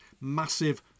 massive